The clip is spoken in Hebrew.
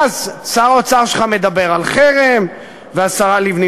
ואז שר האוצר שלך מדבר על חרם והשרה לבני